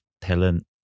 talent